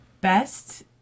best